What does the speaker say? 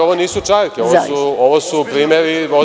Ovo nisu čarke, ovo su primeri…